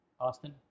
Austin